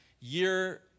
Year